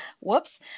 whoops